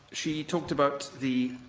she talked about the